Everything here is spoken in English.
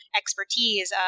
expertise